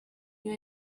you